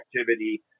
activity